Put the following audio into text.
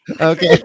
Okay